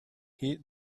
hate